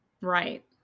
Right